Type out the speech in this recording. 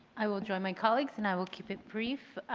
i will join my colleagues and i will keep it brief.